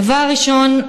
דבר ראשון,